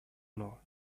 know